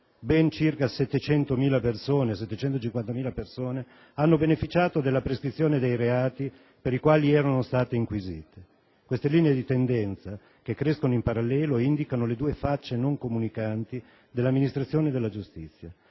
ben circa 865.073 persone hanno beneficiato della prescrizione dei reati per i quali erano state inquisite? Queste linee di tendenza, che crescono in parallelo, indicano le due facce non comunicanti dell'amministrazione della giustizia.